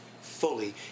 fully